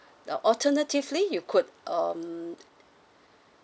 alternatively you could um